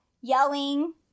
yelling